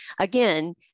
Again